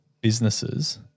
businesses